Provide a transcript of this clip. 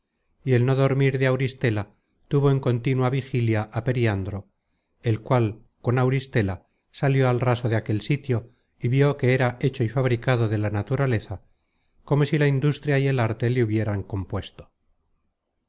y el no dormir de auristela tuvo en contínua vigilia á periandro el cual con auristela salió al raso de aquel sitio y vió que era hecho y fabricado de la naturaleza como si la industria y el arte le hubieran compuesto